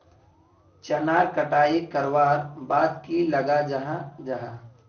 चनार कटाई करवार बाद की लगा जाहा जाहा?